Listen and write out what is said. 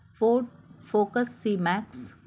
ford focus C max